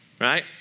right